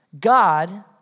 God